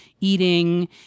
eating